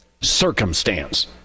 circumstance